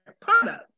product